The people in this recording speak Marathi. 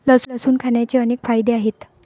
लसूण खाण्याचे अनेक फायदे आहेत